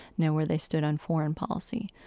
know where they stood on foreign policy.